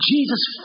Jesus